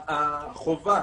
החובה